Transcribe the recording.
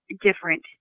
different